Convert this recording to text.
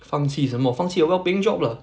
放弃什么放弃 a well paying job lah